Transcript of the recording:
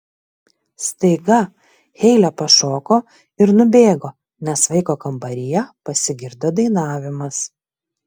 staiga heile pašoko ir nubėgo nes vaiko kambaryje pasigirdo dainavimas